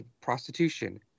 prostitution